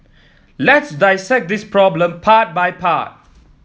let's dissect this problem part by part